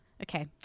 Okay